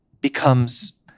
becomes